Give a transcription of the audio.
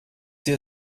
sie